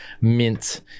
Mint